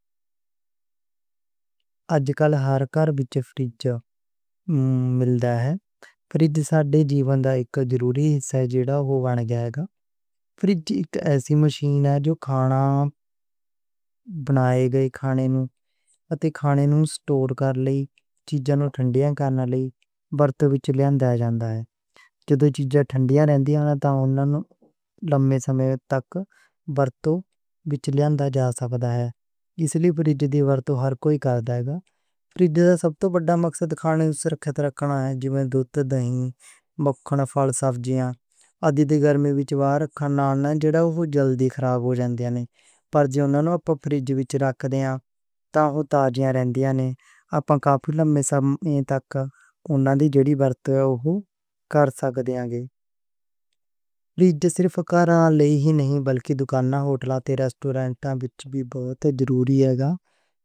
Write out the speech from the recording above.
اَج کل ہر کار وِچ فریج ملدا ہے۔ فریج ساڈے جیون دا اِک ضروری حصّہ ہے جیہڑا اوہ بن گیا ہے۔ فریج اِک ایسی مشین ہے جیہڑا کھانا بنایا جا سکدا تے کھانے نوں سٹور کرن لئی چیزاں نوں ٹھنڈیاں کرن آلی برتن وِچ لیندا جاندا ہے۔ ایہہ دو چیزاں ٹھنڈیاں آرام نال تُسی لمبے سمیاں تک ورتے کو لیا جا سکدا۔ اِس لئی فریج دا ورتا ہر کوئی کردا ہے۔ فریج نوں سب توں وڈّا مقصد کھانا محفوظ رکھنا ہے جیوں دودھ، دہی، مکھن، پھل، سبزیاں آدی گرمی وِچ پر جو ناں اپاں فریج وِچ رکھیا اے ناں، اوہناں کو تازہ رہندے نیں تے اپاں کافی لمبے سمیاں تک اوہناں دے جیہڑے ورتو اوہو کر سکدے نیں۔ فریج صرف گھراں ہی نہیں بلکہ دکان، ہوٹل تے ریسٹورَنٹ وِچ وی ضروری ہے گا۔